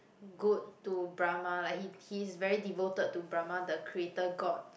good to Brahma like he he is very devoted to Brahma the creator God